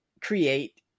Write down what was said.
create